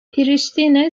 priştine